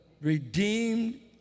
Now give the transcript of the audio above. redeemed